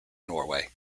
norway